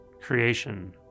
creation